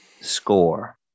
score